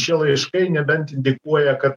šie laiškai nebent indikuoja kad